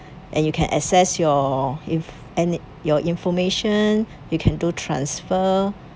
and you can access your info~ and your information you can do transfer